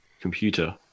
computer